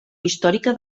històrica